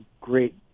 great